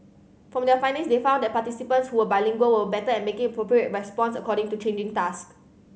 from their findings they found their participants who were bilingual were better at making appropriate response according to changing task